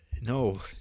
No